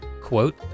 quote